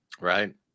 Right